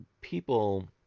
people